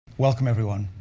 welcome, everyone.